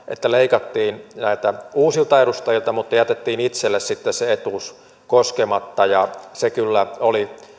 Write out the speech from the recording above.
että leikattiin näiltä uusilta edustajilta mutta jätettiin sitten itsellä se etuus koskematta se kyllä oli